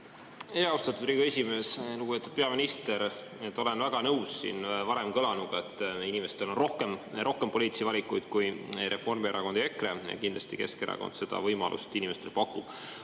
… Austatud Riigikogu esimees! Lugupeetud peaminister! Olen väga nõus siin varem kõlanuga, et inimestel on rohkem poliitilisi valikuid kui Reformierakond ja EKRE. Kindlasti Keskerakond seda võimalust inimestele pakub.